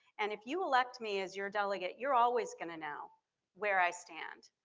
and if you elect me as your delegate, you're always gonna know where i stand.